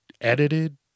edited